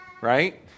right